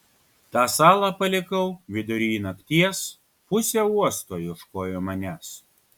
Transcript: tą salą palikau vidury nakties pusė uosto ieškojo manęs